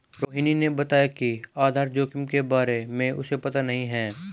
रोहिणी ने बताया कि आधार जोखिम के बारे में उसे पता नहीं है